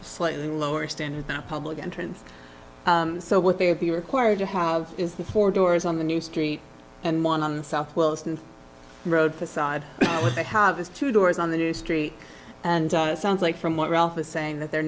slightly lower standard than public entrance so what they would be required to have is the four doors on the new street and one on the south wilson road facade would they have his two doors on the new street and it sounds like from what ralph is saying that they're